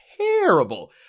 terrible